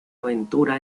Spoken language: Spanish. aventura